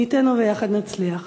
מי ייתן וביחד נצליח.